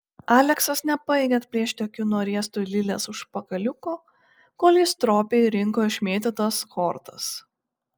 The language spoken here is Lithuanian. aleksas nepajėgė atplėšti akių nuo riesto lilės užpakaliuko kol ji stropiai rinko išmėtytas kortas